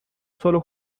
sólo